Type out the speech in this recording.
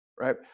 right